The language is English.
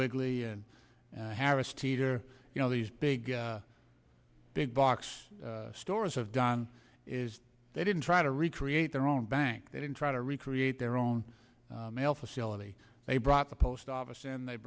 wiggly and harris teeter you know these big big box stores have done is they didn't try to recreate their own bank they didn't try to recreate their own mail facility they brought the post office and they